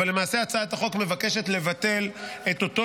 אבל למעשה הצעת החוק מבקשת לבטל את אותו